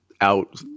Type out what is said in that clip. out